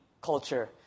culture